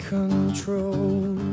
control